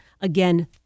again